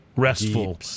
Restful